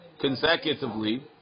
consecutively